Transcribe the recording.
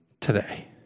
today